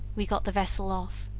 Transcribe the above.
we got the vessel off.